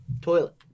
Toilet